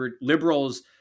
liberals